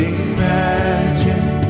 imagine